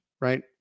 Right